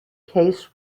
case